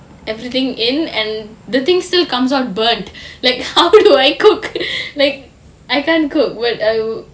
everything in and the thing still comes out burnt like how do I cook like I've can't cook but I would